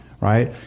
Right